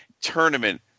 tournament